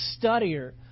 studier